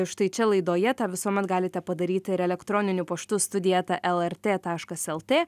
štai čia laidoje tą visuomet galite padaryti ir elektroniniu paštu studija eta lrt taškas lt